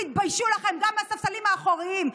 תתביישו לכם, גם מהספסלים האחוריים.